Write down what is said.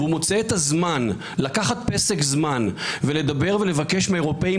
והוא מוצא את הזמן לקחת פסק זמן ולדבר ולבקש מהרופאים